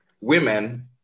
Women